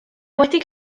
wedi